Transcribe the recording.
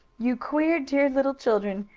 you queer, dear little children!